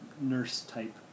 nurse-type